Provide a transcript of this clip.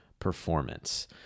performance